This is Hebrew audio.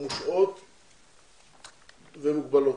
המושעות ומוגבלות.